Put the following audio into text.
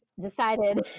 decided